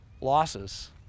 losses